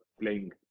playing